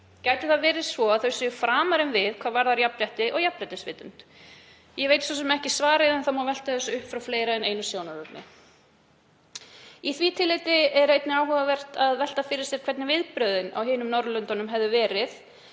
Gæti það verið svo að þau séu framar en við hvað varðar jafnrétti og jafnréttisvitund? Ég veit svo sem ekki svarið en það má velta þessu upp frá fleiri en einu sjónarhorni. Í því tilliti er einnig áhugavert að velta fyrir sér hvernig viðbrögðin á hinum Norðurlöndunum hefðu verið